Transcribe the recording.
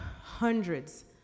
hundreds